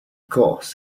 course